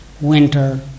winter